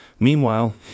Meanwhile